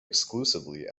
exclusively